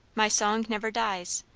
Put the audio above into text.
my song never dies.